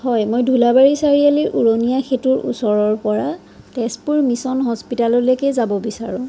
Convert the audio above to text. হয় মই দোলাবাৰী চাৰিআলিৰ উৰণীয়া সেতুৰ ওচৰৰ পৰা তেজপুৰ মিছন হস্পিটাললৈকে যাব বিচাৰোঁ